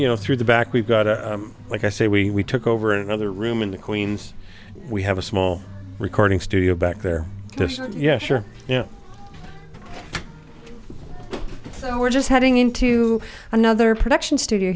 you know through the back we've got like i say we took over another room in the queens we have a small recording studio back there yeah sure yeah so we're just heading into another production studio